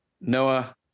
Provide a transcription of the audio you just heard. Noah